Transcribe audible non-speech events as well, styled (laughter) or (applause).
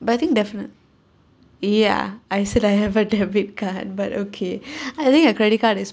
but I think definitely ya I said I have a debit card (laughs) but okay (breath) I think a credit card is